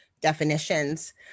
definitions